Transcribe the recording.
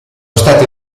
state